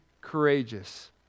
courageous